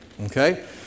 okay